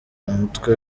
umutwe